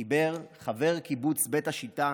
חיבר חבר קיבוץ בית השיטה